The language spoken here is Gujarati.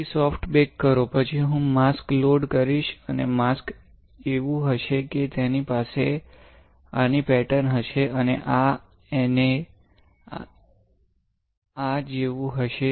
પછી સોફ્ટ બેક કરો પછી હું માસ્ક લોડ કરીશ અને માસ્ક એવું હશે કે તેની પાસે આની પેટર્ન હશે અને આ અને આ જેવું હશે